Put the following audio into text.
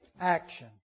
action